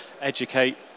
educate